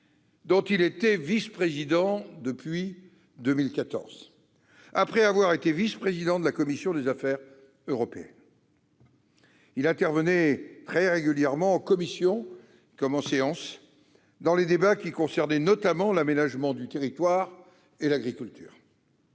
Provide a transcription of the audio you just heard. dont il était vice-président depuis 2014, après avoir été vice-président de la commission des affaires européennes. Il intervenait très régulièrement, en commission comme en séance, dans les débats concernant notamment l'aménagement du territoire et l'agriculture.